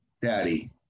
Daddy